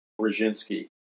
Brzezinski